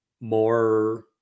more